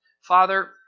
Father